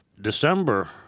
December